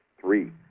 three